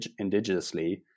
indigenously